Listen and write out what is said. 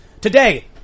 today